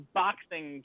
boxing